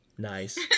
Nice